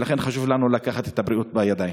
ולכן חשוב לנו לקחת את הבריאות בידיים.